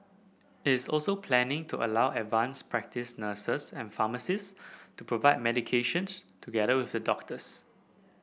it is also planning to allow advanced practice nurses and pharmacist to prescribe medications together with the doctors